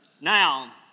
Now